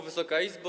Wysoka Izbo!